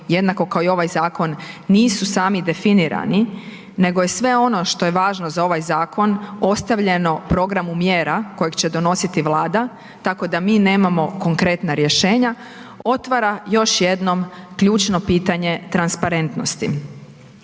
jednako kao i ovaj zakon nisu sami definirani nego je sve ono što je važno za ovaj zakon ostavljeno programu mjera kojeg će donositi Vlada tako da mi nemamo konkretna rješenja otvara još jednom ključno pitanje transparentnosti.